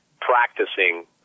practicing